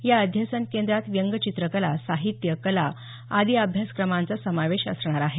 या अध्यसन केंद्रात व्यंगचित्रकला साहित्य कला आदी अभ्यासक्रमाचा समावेश असणार आहे